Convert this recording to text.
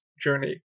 journey